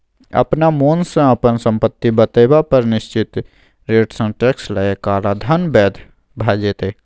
अपना मोनसँ अपन संपत्ति बतेबा पर निश्चित रेटसँ टैक्स लए काला धन बैद्य भ जेतै